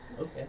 Okay